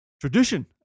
Tradition